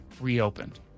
reopened